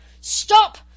Stop